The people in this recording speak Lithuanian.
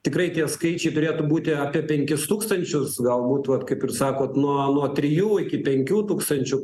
tikrai tie skaičiai turėtų būti apie penkis tūkstančius galbūt vat kaip ir sakot nuo nuo trijų iki penkių tūkstančių